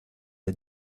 the